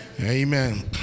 Amen